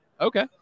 okay